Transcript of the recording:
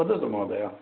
वदतु महोदय